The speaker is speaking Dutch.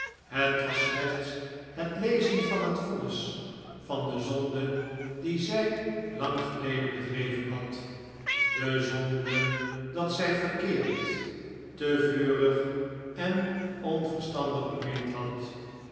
het was slechts het lezen van het vonnis van de zonde die zij lang geleden bedreven had de zonde dat zij verkeerd te vurig en onverstandig bemind had